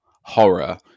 horror